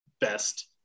best